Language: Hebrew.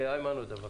איימן עודה, בבקשה.